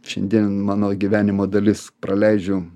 šiandien mano gyvenimo dalis praleidžiu